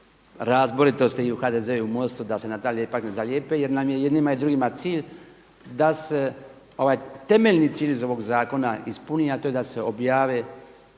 razboritosti i u HDZ-u i u MOST-u da se na taj lijepak ne zalijepe, jer nam je i jednima i drugima cilj da se ovaj temeljni cilj iz ovog zakona ispuni, a to je da se objave,